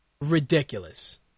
ridiculous